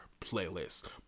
playlist